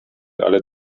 alle